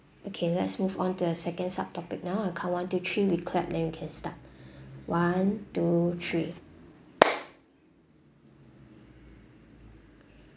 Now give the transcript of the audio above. okay let's move on to the second sub topic now I count one two three we clap then we can start one two three